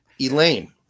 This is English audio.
Elaine